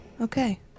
Okay